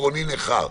גרוני ניחר.